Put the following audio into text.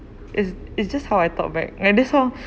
is is just how I talk back and that's all